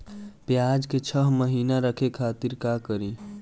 प्याज के छह महीना रखे खातिर का करी?